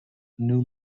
new